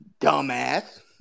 Dumbass